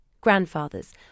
grandfathers